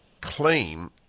claim